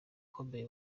ukomeye